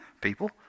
people